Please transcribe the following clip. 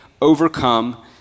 overcome